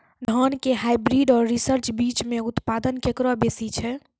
धान के हाईब्रीड और रिसर्च बीज मे उत्पादन केकरो बेसी छै?